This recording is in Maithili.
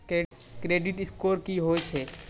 क्रेडिट स्कोर की होय छै?